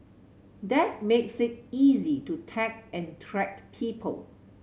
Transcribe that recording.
that makes it easy to tag and track people